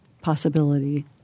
possibility